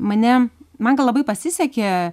mane man gal labai pasisekė